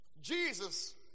Jesus